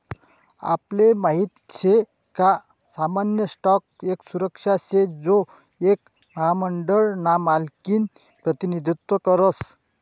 आपले माहित शे का सामान्य स्टॉक एक सुरक्षा शे जो एक महामंडळ ना मालकिनं प्रतिनिधित्व करस